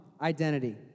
identity